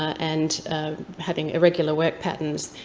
and having irregular work patterns,